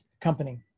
company